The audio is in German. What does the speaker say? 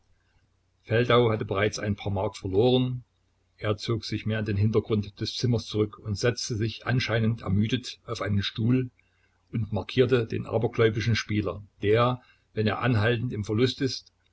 feldau hatte bereits ein paar mark verloren er zog sich mehr in den hintergrund des zimmers zurück und setzte sich anscheinend ermüdet auf einen stuhl und markierte den abergläubischen spieler der wenn er anhaltend im verlust ist